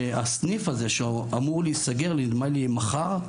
הסניף הזה שאמור להיסגר נדמה לי מחר,